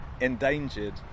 endangered